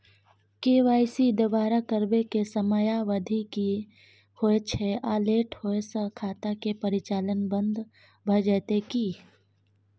KYC दोबारा करबै के समयावधि की होय छै आ लेट होय स खाता के परिचालन बन्द भ जेतै की?